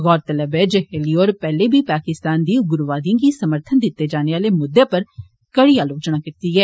गौरतलब ऐ जे हैले होर पैहले बी पाकिस्तान दी उग्रवादियें गी समर्थन दिते जाने आले म्द्दे उप्पर कड़ी आलोचना कीती दी ऐ